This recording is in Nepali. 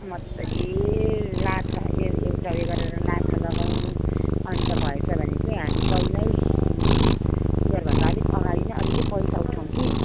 मजाले लाछा ए एउटा उयो गरेर लाछा लगाउँ अन्त भएछ भने चाहिँ हामी पहिल्यै तिहारभन्दा आलिक अगाडि नै अलिअलि पैसा उठाउँ कि